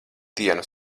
dienu